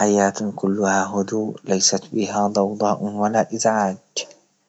لكن الصدمة الكبيرة تكون في فقدان كل ما هو موجود على الهاتف، يعني تحس بروحك فقدت جزء من حياتك.